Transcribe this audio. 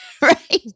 Right